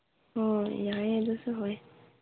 ꯍꯣꯏ ꯌꯥꯏꯌꯦ ꯑꯗꯨꯁꯨ ꯍꯣꯏ